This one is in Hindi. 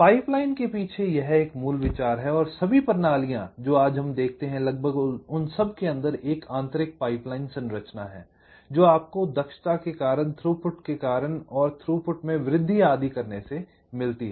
पाइपलाइनिंग के पीछे यह एक मूल विचार है और सभी प्रणालियां जो आज हम देखते हैं लगभग उन सब के अंदर एक आंतरिक पाइपलाइन संरचना है जो आपको दक्षता के कारण थ्रूपुट के कारण थ्रूपुट में वृद्धि आदि करने से मिलती है